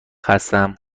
هستم